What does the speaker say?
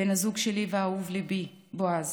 ובן הזוג שלי ואהוב ליבי בועז.